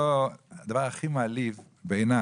הדבר הכי מעליב בעיני